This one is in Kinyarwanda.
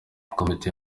komite